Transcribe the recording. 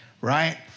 right